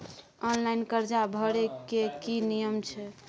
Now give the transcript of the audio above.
Online कर्जा भरै के की नियम छै?